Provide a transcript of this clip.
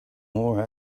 more